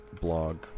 blog